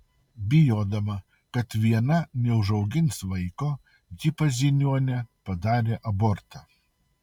bijodama kad viena neužaugins vaiko ji pas žiniuonę padarė abortą